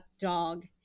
dog